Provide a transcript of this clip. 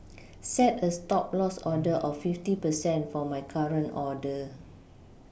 set a stop loss order of fifty percent for my current order